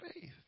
faith